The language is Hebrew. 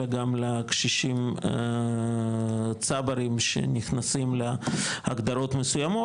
אלא גם לקשישים צברים שנכנסים להגדרות מסוימות,